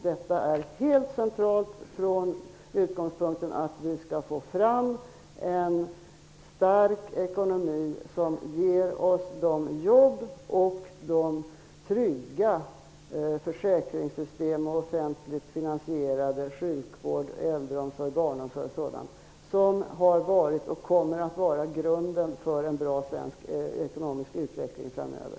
Detta är helt centralt från den utgångspunkten att vi skall få fram en stark ekonomi, som ger oss de jobb och de trygga försäkringssystem samt den offentligt finansierade sjukvård, äldreomsorg, barnomsorg osv. som har varit och kommer att vara grunden för en bra svensk ekonomisk utveckling framöver.